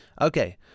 Okay